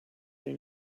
they